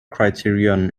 criterion